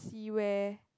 see where